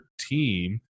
team